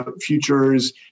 Futures